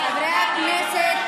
חברי הכנסת,